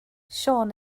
siôn